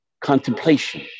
contemplation